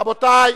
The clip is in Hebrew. רבותי,